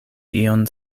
ion